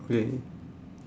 okay